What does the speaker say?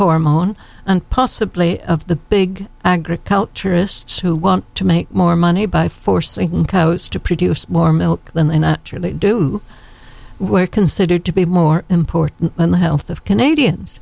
hormone and possibly of the big agriculturists who want to make more money by forcing coast to produce more milk than they naturally do were considered to be more important than the health of canadians